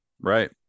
right